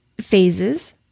phases